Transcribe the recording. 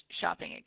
shopping